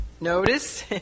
notice